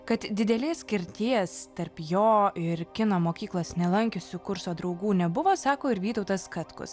kad didelės skirties tarp jo ir kino mokyklos nelankiusių kurso draugų nebuvo sako ir vytautas katkus